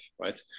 right